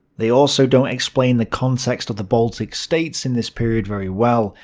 they also don't explain the context of the baltic states in this period very well,